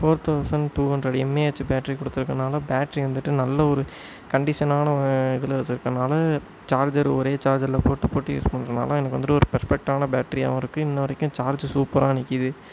four thousand two hundred mAh battery கொடுத்துருக்கிறதுனால battery வந்துவிட்டு நல்லவொரு கண்டீஷனான ஒரு இதில் செட் ஆனால சார்ஜர் ஒரே சார்ஜரில் போட்டு போட்டு யூஸ் பண்றதுனால எனக்கு வந்துவிட்டு ஒரு பெர்ஃபெக்ட்டான பேட்டரியாகவும் இருக்கு இன்னை வரைக்கும் சார்ஜு சூப்பராக நிற்கிது